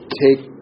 take